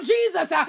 Jesus